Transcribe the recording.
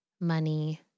money